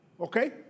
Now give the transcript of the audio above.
okay